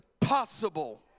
possible